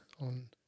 on